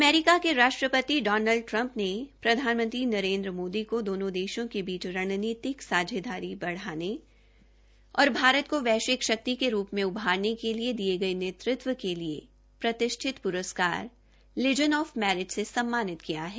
America के राष्ट्र ति डॉनल्ड ट्रं ने प्रधानमंत्री नरेन्द्र मोदी को दोनों देशों के बीच राजनीतिक सांझेदारी बनाने और भारत को वैश्विक शक्ति के रू में उभारने के लिए दिये गये नेतृत्व के लिए प्रतिष्ठित पुरस्कार लीज़न ऑफ मेरिट से सम्मानित किया है